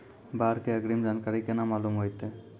बाढ़ के अग्रिम जानकारी केना मालूम होइतै?